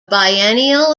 biennial